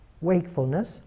wakefulness